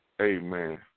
Amen